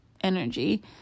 energy